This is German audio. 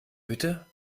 bitte